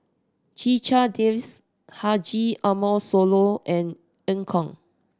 Checha Davies Haji Ambo Sooloh and Eu Kong